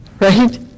Right